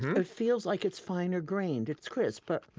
it feels like it's finer-grained. it's crisp, but